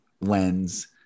lens